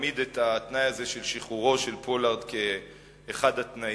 העמיד את התנאי הזה של שחרורו של פולארד כאחד התנאים,